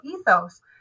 ethos